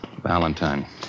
Valentine